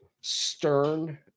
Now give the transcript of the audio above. stern